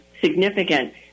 significant